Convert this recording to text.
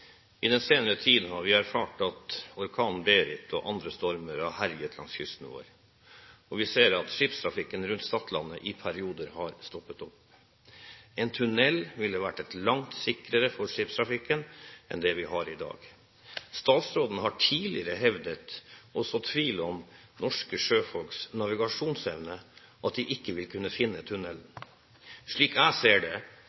I den senere tid har vi erfart at orkanen «Berit» og andre stormer har herjet langs kysten vår. Vi ser at skipstrafikken rundt Stadlandet i perioder har stoppet opp. En tunnel ville vært langt sikrere for skipstrafikken enn det vi har i dag. Statsråden har tidligere sådd tvil om norske sjøfolks navigasjonsevne og hevdet at de ikke vil kunne finne tunnelen. Slik jeg ser det,